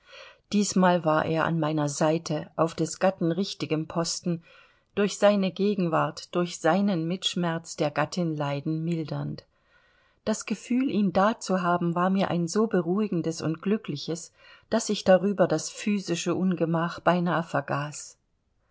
diesmal war er an meiner seite auf des gatten richtigem posten durch seine gegenwart durch seinen mitschmerz der gattin leiden mildernd das gefühl ihn da zu haben war mir ein so beruhigendes und glückliches daß ich darüber das physische ungemach beinah vergaß